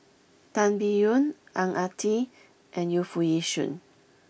Tan Biyun Ang Ah Tee and Yu Foo Yee Shoon